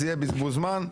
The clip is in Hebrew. זה יהיה בזבוז זמן,